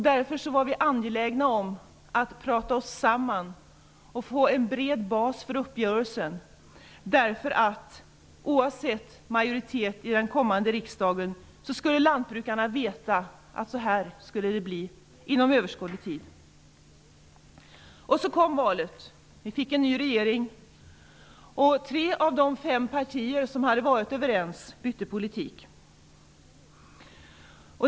Därför var vi angelägna om att prata oss samman och få en bred bas för uppgörelsen för att lantbrukarna, oavsett majoritet i den kommande riksdagen, skulle veta hur det skulle bli inom en överskådlig tid. Så kom valet. Vi fick en ny regering. Tre av de fem partier som hade varit överens bytte politik.